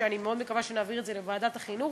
אני מאוד מקווה שנעביר את הנושא הזה לוועדת החינוך,